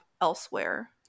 elsewhere